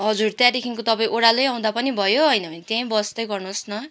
हजुर त्यहाँदेखिको तपाईँ ओह्रालै आउँदा पनि भयो होइन भने त्यहीँ बस्दै गर्नुहोस् न